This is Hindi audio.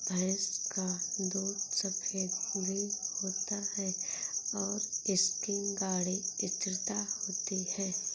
भैंस का दूध सफेद भी होता है और इसकी गाढ़ी स्थिरता होती है